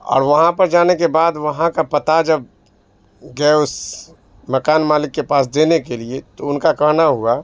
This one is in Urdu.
اور وہاں پر جانے کے بعد وہاں کا پتہ جب گئے اس مکان مالک کے پاس دینے کے لیے تو ان کا کہنا ہوا